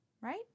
right